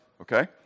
Okay